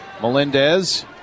Melendez